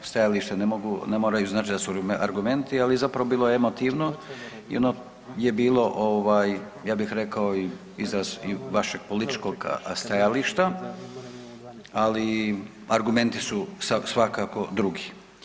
Stajalište ne moraju značiti da su argumenti, ali zapravo, bilo je emotivno i ono je bilo, ja bih rekao i izraz vašeg političkog stajališta, ali argumenti su svakako drugi.